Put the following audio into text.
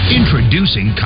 Introducing